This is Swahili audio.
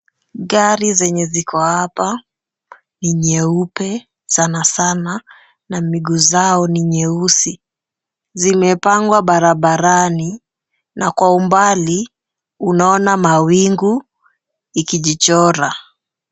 Gari zenye ziko hapa ni nyeupe sana sana na miguu zao ni nyeusi. Zimepangwa barabarani na kwa umbali unaona mawingu ikijichora.